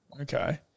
Okay